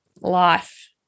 life